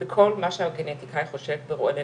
כולל סרטן שד וזה מגפת המאה.